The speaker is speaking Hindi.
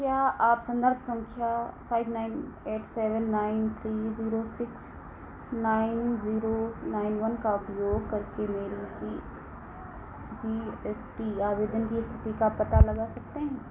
क्या आप संदर्भ संख्या five nine eight seven nine three zero six nine zero nine one का उपयोग करके मेरी जी जी एस टी आवेदन की स्थिति का पता लगा सकते हैं